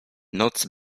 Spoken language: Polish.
noc